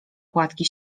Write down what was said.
płatki